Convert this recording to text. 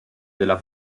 della